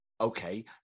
Okay